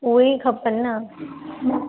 उहेई खपनि न